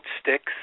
sticks